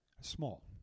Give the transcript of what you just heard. Small